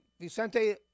Vicente